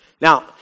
Now